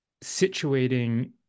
situating